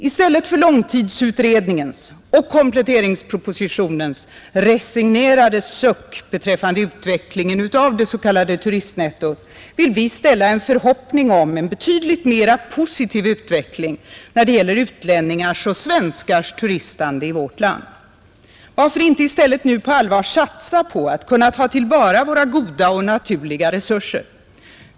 I stället för långtidsutredningens och kompletteringspropositionens resignerade suck beträffande utvecklingen av det s.k. turistnettot vill vi ställa en förhoppning på en betydligt mer positiv utveckling när det gäller utlänningars och svenskars turistande i vårt land. Varför inte nu på allvar satsa på att kunna ta till vara våra goda och naturliga resurser?